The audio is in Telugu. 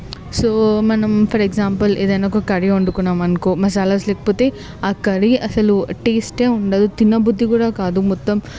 సో మనం ఫర్ ఎగ్జాంపుల్ ఏదన్నా ఒక కర్రీ వండుకున్నాం అనుకో మసాలాస్ లేకపోతే ఆ కర్రీ అసలు టేస్టే ఉండదు తినబుద్ధి కూడా కాదు మొత్తం